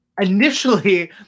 Initially